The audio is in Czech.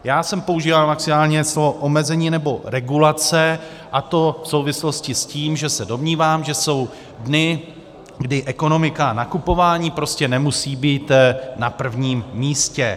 Já jsem používal maximálně slovo omezení nebo regulace, a to v souvislosti s tím, že se domnívám, že jsou dny, kdy ekonomika a nakupování prostě nemusí být na prvním místě.